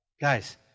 Guys